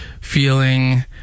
feeling